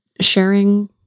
sharing